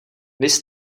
viz